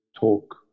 talk